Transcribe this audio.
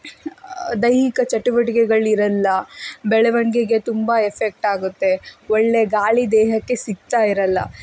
ದೈಹಿಕ ಚಟುವಟಿಕೆಗಳಿರಲ್ಲ ಬೆಳವಣಿಗೆಗೆ ತುಂಬ ಎಫೆಕ್ಟಾಗುತ್ತೆ ಒಳ್ಳೆಯ ಗಾಳಿ ದೇಹಕ್ಕೆ ಸಿಗ್ತಾ ಇರಲ್ಲ